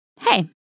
hey